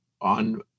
on